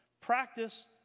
practice